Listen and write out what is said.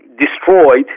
destroyed